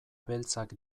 beltzak